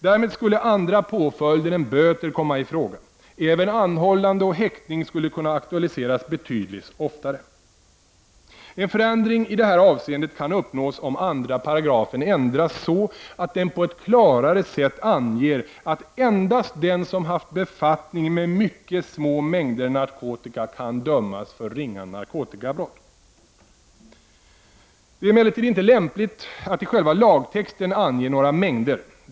Därmed skulle andra påföljder än böter komma i fråga. Även anhållande och häktning skulle kunna aktualiseras betydligt oftare. En förändring i detta avseende kan uppnås om andra paragrafen ändras så, att den på ett klarare sätt anger att endast den som haft befattning med mycket små mängder narkotika kan dömas för ringa brott. Det är emellertid inte lämpligt att i själva lagtexten ange några mängder.